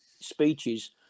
speeches